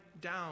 down